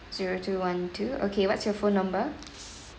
zero two one two okay what's your phone number